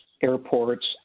airports